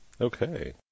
Okay